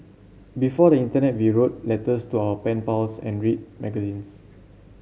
before the internet we wrote letters to our pen pals and read magazines